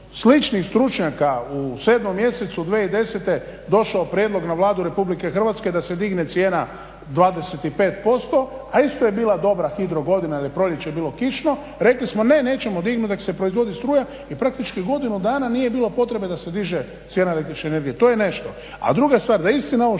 sličnih stručnjaka u 7 mjesecu 2010. došao prijedlog na Vladu Republike Hrvatske da se digne cijena 25% a isto je bila dobra hidrogodina, jer je proljeće bilo kišno, rekli smo ne, nećemo dignuti neka se proizvodi struja i praktički godinu dana nije bilo potrebe da se diže cijena električne energije, to je nešto.